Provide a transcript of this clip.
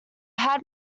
had